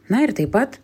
na ir taip pat